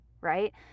right